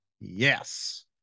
Yes